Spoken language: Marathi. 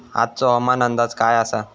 आजचो हवामान अंदाज काय आसा?